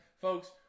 folks